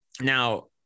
now